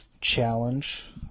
challenge